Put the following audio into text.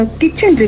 kitchen